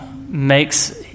makes